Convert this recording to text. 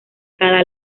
cada